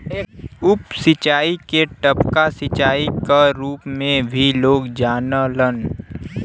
उप सिंचाई के टपका सिंचाई क रूप में भी लोग जानलन